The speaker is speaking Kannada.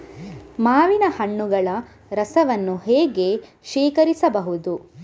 ಮಾವಿನ ಹಣ್ಣುಗಳ ರಸವನ್ನು ಹೇಗೆ ಶೇಖರಿಸಬಹುದು?